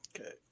Okay